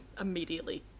immediately